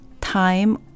time